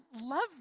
love